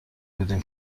بودیم